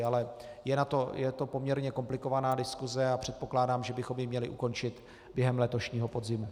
Ale je to poměrně komplikovaná diskuse a předpokládám, že bychom ji měli ukončit během letošního podzimu.